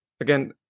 again